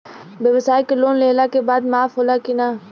ब्यवसाय के लोन लेहला के बाद माफ़ होला की ना?